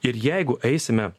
ir jeigu eisime